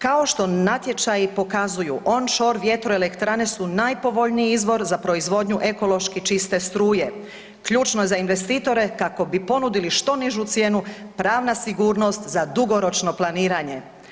Kao što natječaji pokazuju onshore vjetroelektrane su najpovoljniji izvor za proizvodnju ekološki čiste struje, ključno za investitore kako bi ponudili što nižu cijenu, pravna sigurnost za dugoročno planiranje.